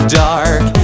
dark